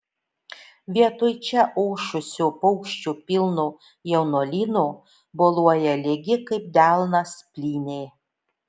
vietoj čia ošusio paukščių pilno jaunuolyno boluoja lygi kaip delnas plynė